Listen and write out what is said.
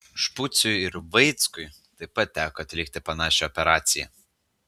špuciui ir vaickui taip pat teko atlikti panašią operaciją